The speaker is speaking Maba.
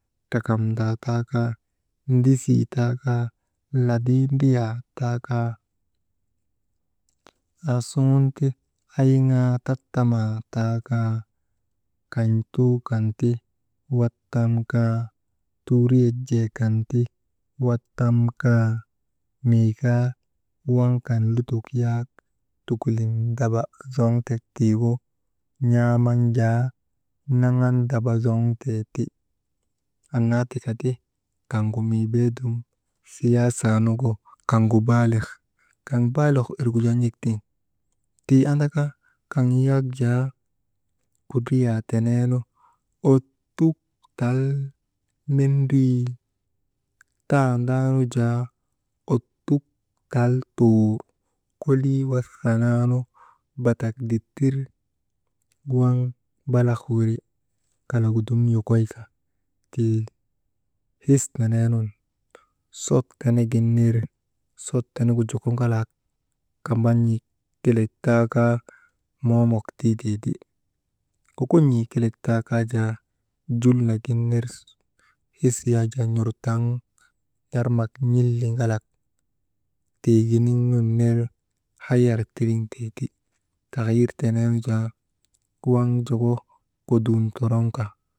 Trakam daa taa kaa ndisii taa kaa, ladii ndriyaa taa kaa, aasuŋun ti ayŋaa tatamaa taa kaa, kan̰tuu kan ti wattam kaa, tuuriyek jee kan ti wattam kaa, mii kaa waŋ kan lutok yak tukulin daba zoŋtek tii gu, n̰aaman jaa naŋan daba zoŋtee ti, annaa tika ti kaŋgu mii beedum siyaasaa nugu, kaŋgu baalik, kaŋ baalik irgu jaa n̰ek tiŋ tii andaka kaŋ yak jaa kudriyaa teneenu, ottuk tal mendrii, tandaanu jaa, ottuk tal tuur kolii wasa naanu, batak dettir waŋ balak wiri, kalagu dum yokoy ka tii his nenee nun sot kaingin ner sot tenegu joko ŋalaa kamban̰ik kelek taa kaa moonok tiitee ti, kokon̰ii kelek taa kaa jaa jul na gin ner his yak jaa n̰ortaŋ n̰armak n̰ilin̰alak tiiginiŋ nun ner hayar tiriŋ tee ti, tahayir tenee nu jaa waŋ joko kodum toroŋ ka.